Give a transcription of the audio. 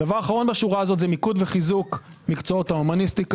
הדבר האחרון בשורה הזו זה מיקוד וחיזוק מקצועות ההומניסטיקה.